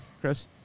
Chris